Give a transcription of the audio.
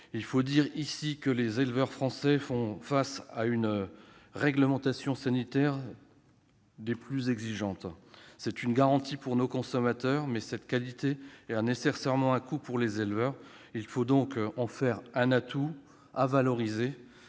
Il faut dire que les éleveurs français font face à une réglementation sanitaire des plus exigeantes. C'est une garantie pour nos consommateurs, mais cette qualité a nécessairement un coût pour les éleveurs. Il faut donc en faire un atout à valoriser